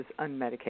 unmedicated